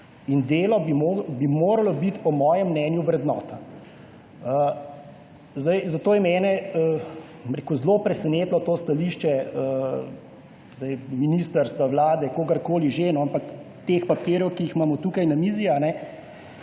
Delo bi moralo biti po mojem mnenju vrednota. Zato je mene zelo presenetilo to stališče ministrstva, vlade, kogarkoli že, te papirje imamo tukaj na mizi,